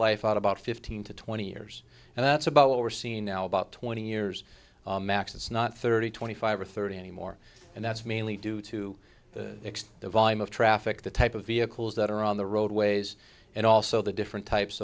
life out about fifteen to twenty years and that's about what we're seeing now about twenty years max it's not thirty twenty five or thirty anymore and that's mainly due to the extent the volume of traffic the type of vehicles that are on the roadways and also the different types